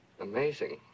Amazing